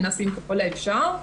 מנסים ככל האפשר.